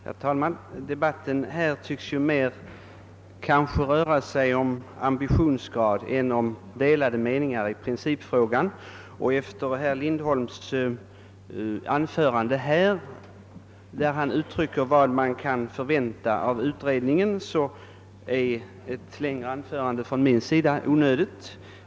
Herr talman! Debatten här tycks ju mer röra sig om ambitionsgrad än om delade meningar i principfrågan. Efter herr Lindholms anförande, vari han gav uttryck för vad man kan förvänta av utredningen, är ett längre anförande från min sida onödigt.